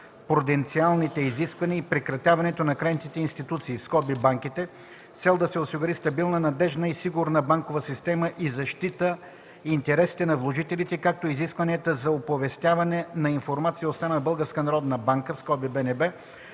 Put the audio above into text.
пруденциалните изисквания и прекратяването на кредитните институции (банките) с цел да се осигури стабилна, надеждна и сигурна банкова система и защита интересите на вложителите, както и изискванията за оповестяване на информация от страна на Българската